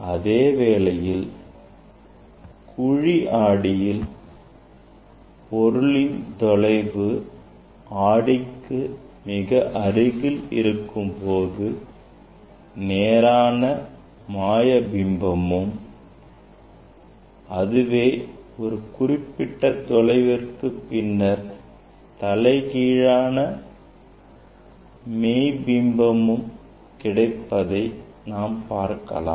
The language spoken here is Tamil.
அதேவேளையில் குழி ஆடியில் பொருளின் தொலைவு ஆடிக்கு மிக அருகில் இருக்கும்போது நேரான மாயபிம்பமும் அதுவே ஒரு குறிப்பிட்ட தொலைவிற்கு பின்னர் தலைகீழான மெய் பிம்பமும் கிடைப்பதை நாம் பார்க்கலாம்